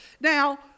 Now